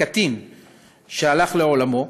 הקטין שהלך לעולמו,